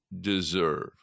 deserve